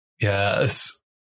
Yes